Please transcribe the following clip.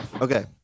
Okay